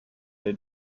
der